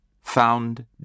Found